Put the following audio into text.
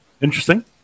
Interesting